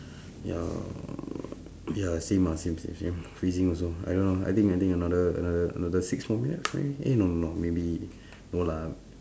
ya ya same ah same same same freezing also I don't know I think I think another another another six more minutes maybe eh no no no maybe no lah